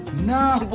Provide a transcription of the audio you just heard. no,